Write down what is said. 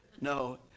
No